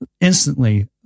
instantly